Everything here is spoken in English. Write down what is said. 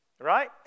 right